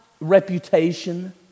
reputation